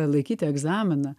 laikyti egzaminą